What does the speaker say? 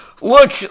Look